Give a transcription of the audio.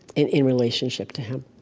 and in relationship to him.